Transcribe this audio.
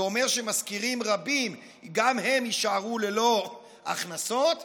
זה אומר שמשכירים רבים גם הם יישארו ללא הכנסות,